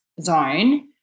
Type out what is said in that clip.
zone